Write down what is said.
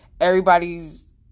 everybody's